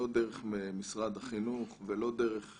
לא דרך משרד החינוך ולא דרך